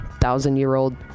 thousand-year-old